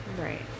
Right